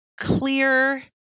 clear